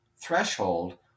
threshold